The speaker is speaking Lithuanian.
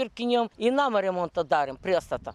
pirkinėjom į namo remontą darėm priestatą